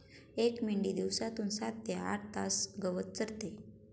एक मेंढी दिवसातून सात ते आठ तास गवत चरते